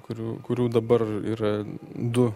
kurių kurių dabar yra du